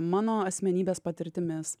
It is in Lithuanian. mano asmenybės patirtimis